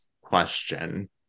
question